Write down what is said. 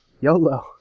YOLO